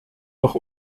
noch